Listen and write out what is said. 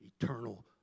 eternal